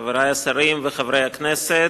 חברי השרים וחברי הכנסת,